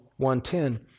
110